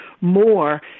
more